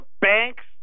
banks